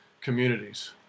communities